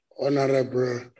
Honorable